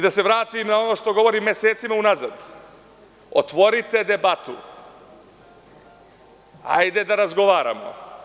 Da se vratim na ono što govorim mesecima unazad, otvorite debatu, hajde da razgovaramo.